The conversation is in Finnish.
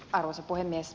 arvoisa puhemies